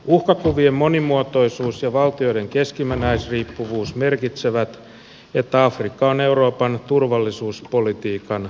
uhkakuvien monimuotoisuus ja valtioiden keskinäisriippuvuus merkitsevät että afrikka on euroopan turvallisuuspolitiikan etulinjassa